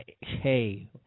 hey